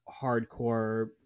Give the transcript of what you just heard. hardcore